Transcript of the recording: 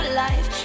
life